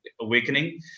awakening